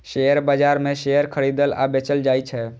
share बाजार मे share खरीदल आ बेचल जाइ छै